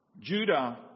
Judah